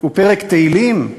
ופרק תהילים?